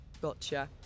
Gotcha